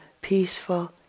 peaceful